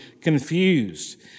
confused